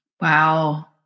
Wow